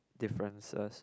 differences